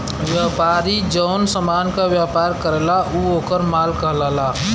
व्यापारी जौन समान क व्यापार करला उ वोकर माल कहलाला